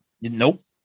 Nope